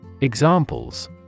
Examples